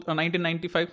1995